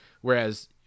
Whereas